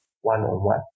one-on-one